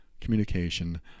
communication